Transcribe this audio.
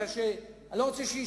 מפני שאני לא רוצה שישמעו.